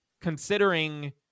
considering